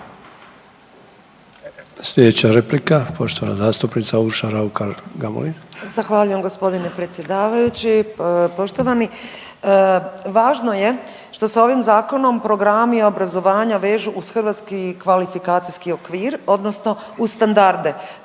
Slijedeća replika poštovana zastupnica Urša Raukar Gamulin. **Raukar-Gamulin, Urša (Možemo!)** Zahvaljujem g. predsjedavajući poštovani. Važno je što se ovim zakonom programi obrazovanja vežu uz hrvatski kvalifikacijski okvir odnosno uz standarde